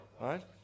Right